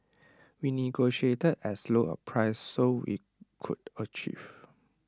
we negotiated as low A price so we could achieve